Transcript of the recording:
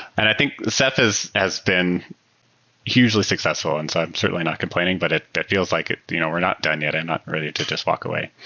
and i think ceph has has been hugely successful, and so i'm certainly not complaining, but it but feels like you know we're not done yet and not really just walk away.